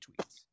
tweets